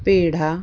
peda